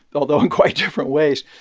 although in quite different ways.